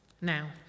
Now